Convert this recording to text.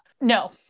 No